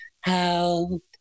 help